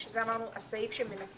פה צריך לומר